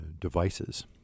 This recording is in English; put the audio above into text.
devices